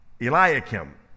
Eliakim